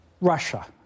Russia